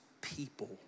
people